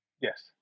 yes